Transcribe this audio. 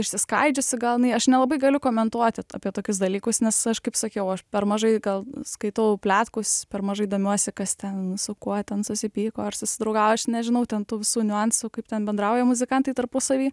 išsiskaidžiusi gal jinai aš nelabai galiu komentuoti apie tokius dalykus nes aš kaip sakiau aš per mažai gal skaitau pletkus per mažai domiuosi kas ten su kuo ten susipyko ar susidraugavo aš nežinau ten tų visų niuansų kaip ten bendrauja muzikantai tarpusavy